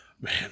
Man